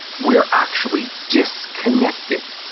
we are actually disconnected.